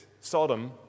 Sodom